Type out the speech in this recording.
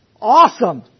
awesome